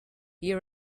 you